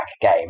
game